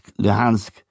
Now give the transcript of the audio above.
Luhansk